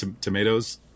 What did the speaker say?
tomatoes